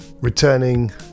Returning